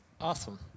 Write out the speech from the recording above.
Awesome